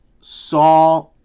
saw